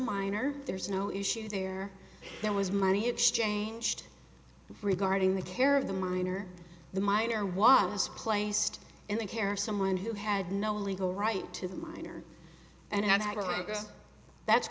minor there's no issue there there was money exchanged regarding the care of the minor the minor was placed in the care of someone who had no legal right to the minor and